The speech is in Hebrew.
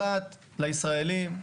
אחת לישראלים,